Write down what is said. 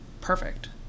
perfect